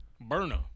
Burner